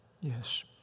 Yes